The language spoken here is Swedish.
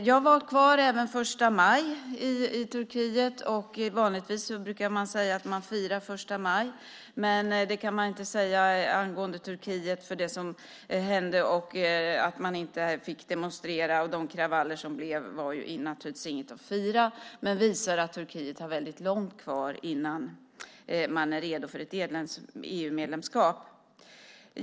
Jag var kvar även den 1 maj i Turkiet. Vanligtvis brukar man säga att man firar första maj, men det kan man inte säga angående Turkiet. Det som hände var att man inte fick demonstrera. De kravaller som uppstod var naturligtvis inget att fira. Detta visar att Turkiet har väldigt långt kvar innan man är redo för EU-medlemskap.